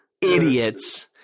Idiots